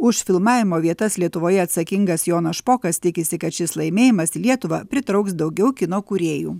už filmavimo vietas lietuvoje atsakingas jonas špokas tikisi kad šis laimėjimas į lietuvą pritrauks daugiau kino kūrėjų